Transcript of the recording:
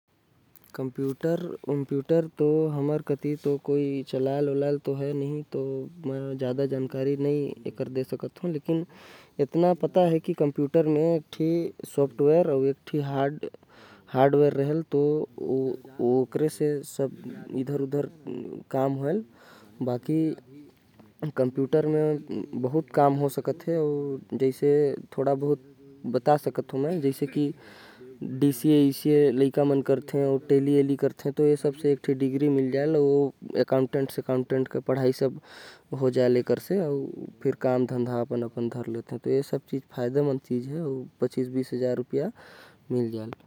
कंप्यूटर तो मैं ज्यादा चलाये नहीं हो। तो मोके उतना पता नही हवे। मोर कति कोई ज्यादा ए सब नही चलाथे। लेकिन फिर भी बतात हो कि एकर म एक टे। हार्डवेयर अउ सॉफ्टवेयर होथे जेकर मदद से सब काम होथे। बाद म लोग मन कंप्यूटर सिख के काम धंधा भी पकड़ लेथे।